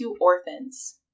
orphans